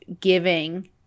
giving